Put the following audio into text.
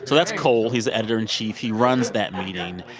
so that's cole. he's the editor-in-chief. he runs that meeting.